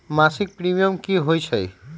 मासिक प्रीमियम की होई छई?